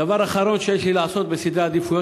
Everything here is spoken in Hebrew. דבר אחרון שיש לי לעשות בסדרי העדיפויות